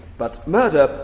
but murder,